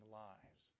lives